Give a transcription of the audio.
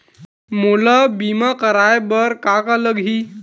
मोला बीमा कराये बर का का लगही?